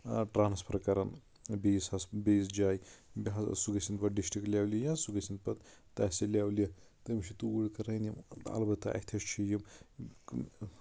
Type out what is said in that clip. transfer کَران بیٚیس ہس جایہِ سُہ گٔژھِنۍ گۄڈٕ ڈِسٹرکٹ لیولہِ یا سُہ گٔژھِنۍ پَتہٕ تحصیٖل لیولہِ تٔمِس چھِ توٗر کران یِم اَلبتہ اَتھیس چھُ یہِ